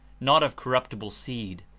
not of corruptible seed,